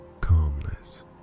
calmness